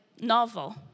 novel